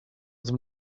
them